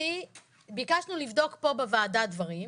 ביקשנו לבדוק פה בוועדה דברים,